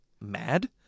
mad